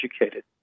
educated